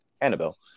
Annabelle